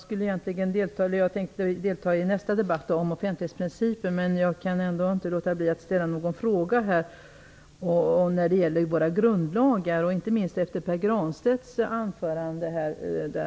Herr talman! Jag skall delta i nästa debatt om offentlighetsprincipen, men jag kan inte låta bli att ställa några frågor när det gäller våra grundlagar, inte minst efter Pär Granstedts anförande.